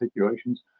situations